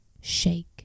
shake